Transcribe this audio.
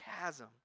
chasm